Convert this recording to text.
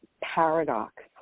paradox